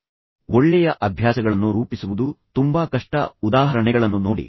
ಈಗ ಒಳ್ಳೆಯ ಅಭ್ಯಾಸಗಳನ್ನು ರೂಪಿಸುವುದು ತುಂಬಾ ಕಷ್ಟ ಎಂದು ನಾನು ಹೇಳಿದೆ ಉದಾಹರಣೆಗಳನ್ನು ನೋಡಿ